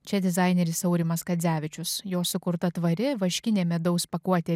čia dizaineris aurimas kadzevičius jo sukurta tvari vaškinė medaus pakuotė